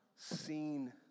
seen